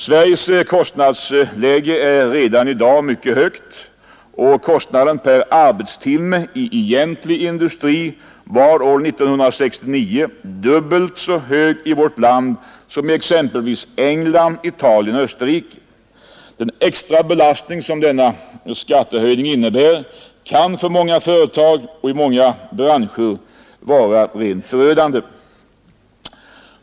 Sveriges kostnadsläge är redan i dag mycket högt, och kostnaden per arbetstimme i egentlig industri var år 1969 dubbelt så stor i vårt land som i exempelvis England, Italien och Österrike. Den extra belastning som denna skattehöjning innebär kan för många företag och i många branscher vara rent förödande.